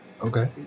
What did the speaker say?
Okay